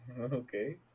okay